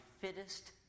fittest